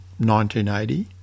1980